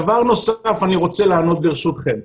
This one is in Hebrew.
דבר נוסף שאני רוצה לענות, ברשותכם.